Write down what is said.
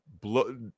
blow